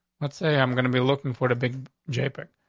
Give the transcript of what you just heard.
let's say i'm gonna be looking for the big j pick.